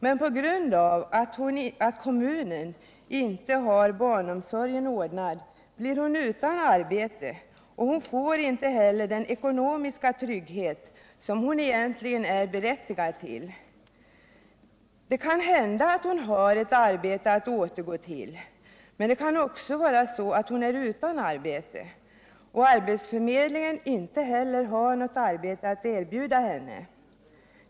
Men på grund av att kommunen inte har barnomsorgen ordnad blir hon utan arbete, och hon får inte heller den ekonomiska trygghet som hon egentligen är berättigad till. Det kan hända att hon har ett arbete att återgå till, men det kan också vara så, att hon är utan arbete och arbetsförmedlingen inte heller har något arbete att erbjuda henne.